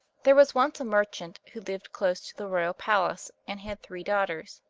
there was once a merchant who lived close to the royal palace, and had three daughters.